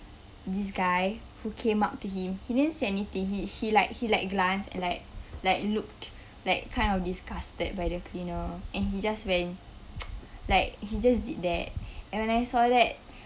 this guy who came up to him he didn't say anything he he liked he liked glance and like like looked like kind of disgusted by the cleaner and he just went like he just did that and when I saw that